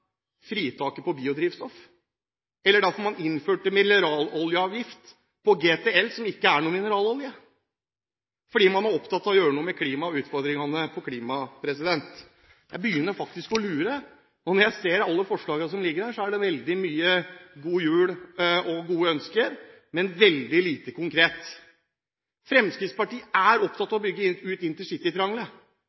fritaket på biodrivstoff, eller derfor man innførte mineraloljeavgift på GTL, som ikke er noen mineralolje, fordi man er opptatt av å gjøre noe med klimaet og utfordringene når det gjelder klima. Jeg begynner faktisk å lure. Når jeg ser alle forslagene som ligger her, er det veldig mye god jul og gode ønsker, men veldig lite konkret. Fremskrittspartiet er opptatt av å bygge ut